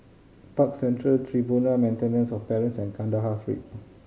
Park Central Tribunal for Maintenance of Present Kandahar Street